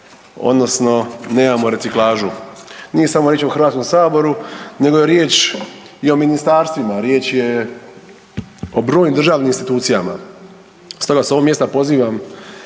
odnosno nemamo reciklažu. Nije samo riječ o HS nego je riječ i o ministarstvima, riječ je o brojnim državnim institucijama. Stoga s ovog mjesta pozivam